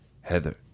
Heather